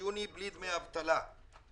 אין ערך להבטחות.